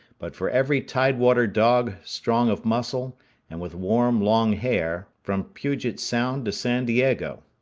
but for every tide-water dog, strong of muscle and with warm, long hair, from puget sound to san diego.